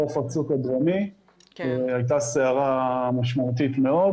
חוף הצוק הדרומי, הייתה סערה משמעותית מאוד